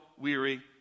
weary